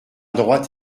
droite